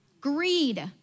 Greed